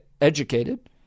educated